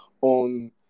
on